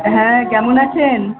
হ্যাঁ কেমন আছেন